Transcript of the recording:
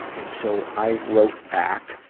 and so, i wrote back